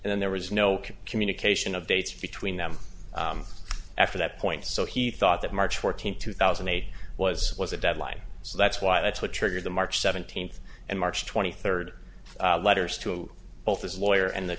and then there was no communication of dates between them after that point so he thought that march fourteenth two thousand and eight was was a deadline so that's why that's what triggered the march seventeenth and march twenty third letters to both his lawyer and the